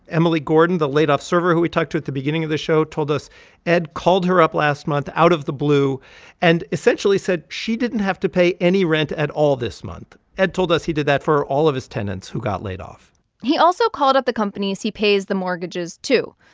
emily gordon, the laid-off server who we talked to at the beginning of the show told us ed called her up last month out of the blue and essentially said she didn't have to pay any rent at all this month. ed told us he did that for all of his tenants who got laid off he also called up the company he pays the mortgages to.